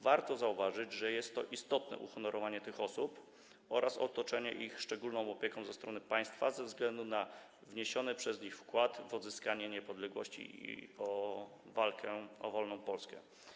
Warto zauważyć, że jest to istotne uhonorowanie tych osób oraz otoczenie ich szczególną opieką ze strony państwa ze względu na wniesiony przez nie wkład w odzyskanie niepodległości i walkę o wolną Polskę.